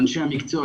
על אנשי המקצוע,